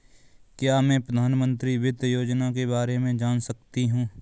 क्या मैं प्रधानमंत्री वित्त योजना के बारे में जान सकती हूँ?